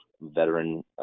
veteran